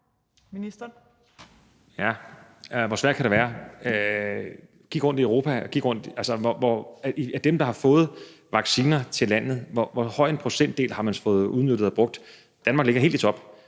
Heunicke): Ja, hvor svært kan det være? Kig rundt i Europa, kig rundt på dem, der har fået vacciner til landet: Hvor høj en procentdel har de så fået udnyttet og brugt? Danmark ligger helt i top,